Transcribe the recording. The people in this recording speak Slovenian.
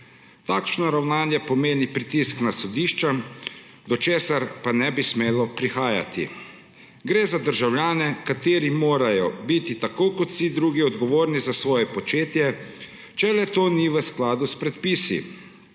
Takšna ravnanja pomenijo pritisk na sodišča, do česar pa ne bi smelo prihajati. Gre za državljane, ki morajo biti tako kot vsi drugi odgovorni za svoje početje, če le-to ni v skladu s predpisi.